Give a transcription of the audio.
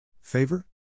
Favor